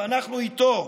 ואנחנו איתו,